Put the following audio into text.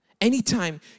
anytime